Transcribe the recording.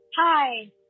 Hi